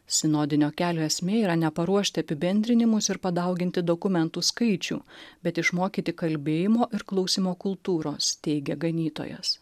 sinodinio kelio esmė yra neparuošti apibendrinimus ir padauginti dokumentų skaičių bet išmokyti kalbėjimo ir klausymo kultūros teigia ganytojas